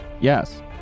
Yes